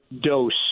dose